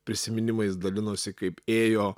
prisiminimais dalinosi kaip ėjo